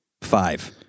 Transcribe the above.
five